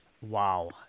Wow